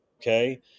okay